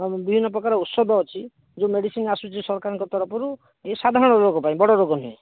ବିଭିନ୍ନପ୍ରକାର ଔଷଧ ଅଛି ଯୋଉ ମେଡି଼ସିନ୍ ଆସୁଛି ସରକାରଙ୍କ ତରଫରୁ ଏଇ ସାଧାରଣ ରୋଗପାଇଁ ବଡ଼ ରୋଗ ନୁହେଁ